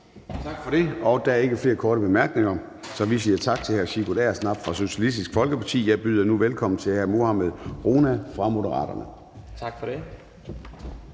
Tak for det. Der er ikke flere korte bemærkninger, så vi siger tak til hr. Sigurd Agersnap fra Socialistisk Folkeparti. Jeg byder nu velkommen til hr. Mohammad Rona fra Moderaterne. Kl.